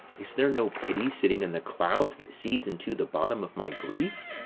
is there no pity sitting in the clouds that sees into the bottom of my grief?